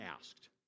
asked